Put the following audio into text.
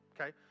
okay